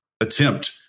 attempt